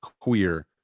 queer